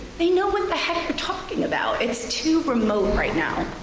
they know what the heck you're talking about. it's too remote right now.